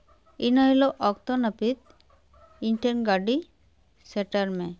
ᱤᱱᱟᱹ ᱦᱤᱞᱳᱜ ᱚᱠᱛᱚ ᱱᱟᱹᱯᱤᱛ ᱤᱧ ᱴᱷᱮᱱ ᱜᱟᱹᱰᱤ ᱥᱮᱴᱮᱨ ᱢᱮ